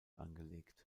angelegt